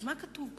אז מה כתוב בחוק?